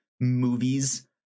movies